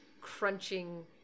crunching